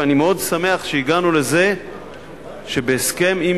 ואני מאוד שמח שהגענו לזה שבהסכם עם